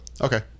okay